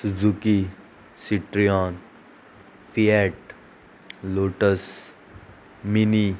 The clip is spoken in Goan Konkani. Suzuki Citroen Fiat Lotus mini